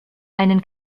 einen